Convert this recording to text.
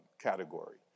category